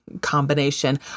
combination